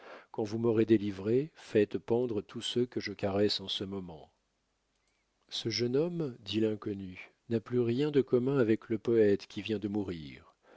quand vous m'aurez délivré faites pendre tous ceux que je caresse en ce moment ce jeune homme dit l'inconnu n'a plus rien de commun avec le poète qui vient de mourir